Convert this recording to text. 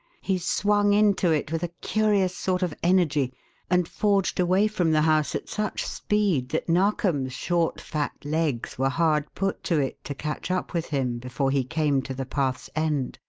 he swung into it with a curious sort of energy and forged away from the house at such speed that narkom's short, fat legs were hard put to it to catch up with him before he came to the path's end.